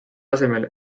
asemel